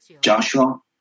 Joshua